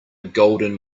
golden